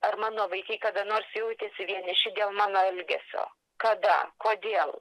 ar mano vaikai kada nors jautėsi vieniši dėl mano elgesio kada kodėl